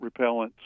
repellents